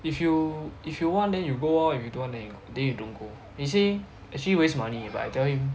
if you if you want then you go lor if you don't want then you don't go he say actually waste money but I tell him